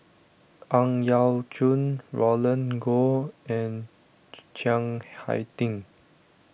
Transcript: Ang Yau Choon Roland Goh and Chiang Hai Ding